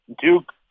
Duke